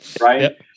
Right